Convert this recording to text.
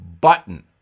button